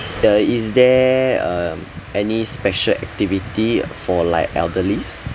uh is there um any special activity for like elderlies